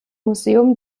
museum